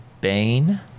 Bane